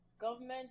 government